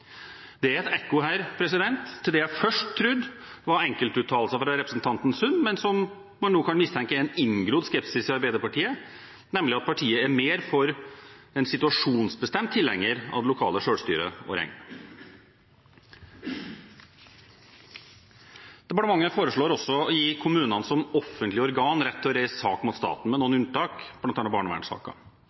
Det er et ekko her til det jeg først trodde var enkeltuttalelser fra representanten Sund, men som man nå kan mistenke er en inngrodd skepsis i Arbeiderpartiet, nemlig at partiet er mer å regne som en situasjonsbestemt tilhenger av det lokale selvstyret. Departementet foreslår også å gi kommunene som offentlig organ rett til å reise sak mot staten, med noen unntak, bl.a. barnevernssaker.